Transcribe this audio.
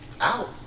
out